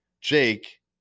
Jake